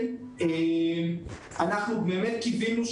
אנחנו קיווינו,